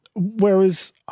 Whereas